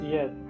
Yes